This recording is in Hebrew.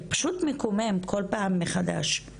זה פשוט מקומם כל פעם מחדש.